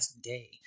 Day